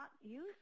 use